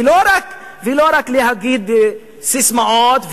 ולא רק ססמאות,